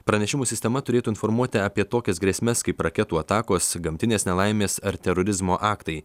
pranešimų sistema turėtų informuoti apie tokias grėsmes kaip raketų atakos gamtinės nelaimės ar terorizmo aktai